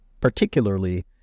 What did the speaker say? particularly